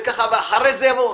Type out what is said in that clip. ואחרי זה יבואו.